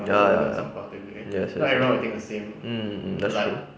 ya ya ya yes yes yes mm mm mm that's true